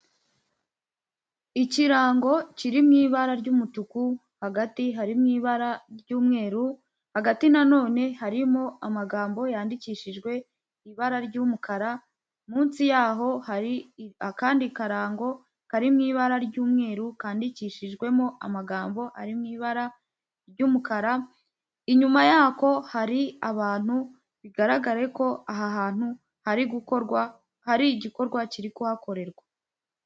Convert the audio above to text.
Ikirango kiri mu ibara ry'umutuku, hagati harimo ibara ry'umweru, hagati na none harimo amagambo yandikishijwe ibara ry'umukara, munsi yaho hari akandi karango kari mu ibara ry'umweru, kandidikishijwemo amagambo ari mu ibara ry'umukara, inyuma yako hari abantu bigaragare ko aha hantu hari gukorwa, hari igikorwa kiri kuhakorerwa.